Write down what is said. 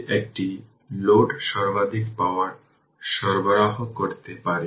সাবস্টিটিউটটি 2031 e t 7 t6 ampere পাবে